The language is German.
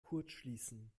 kurzschließen